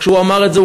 כשהוא אמר את זה,